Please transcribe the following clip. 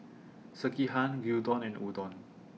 Sekihan Gyudon and Udon